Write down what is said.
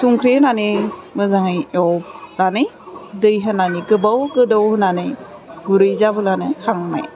सुंख्रि होनानै मोजाङै एवनानै दै होनानै गोबाव गोदौ होनानै गुरै जाबोलानो खांनाय